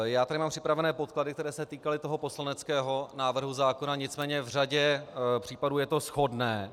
Mám tady připraveny podklady, které se týkaly poslaneckého návrhu zákona, nicméně v řadě případů je to shodné.